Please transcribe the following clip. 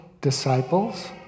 disciples